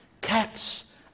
Cats